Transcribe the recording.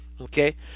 okay